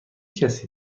کسی